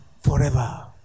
forever